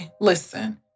listen